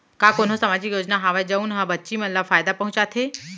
का कोनहो सामाजिक योजना हावय जऊन हा बच्ची मन ला फायेदा पहुचाथे?